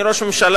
אדוני ראש הממשלה,